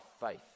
faith